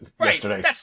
yesterday